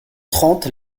trente